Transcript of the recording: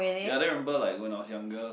ya then remember like when I was younger